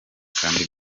kandi